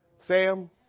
sam